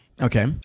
Okay